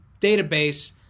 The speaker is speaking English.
database